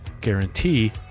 guarantee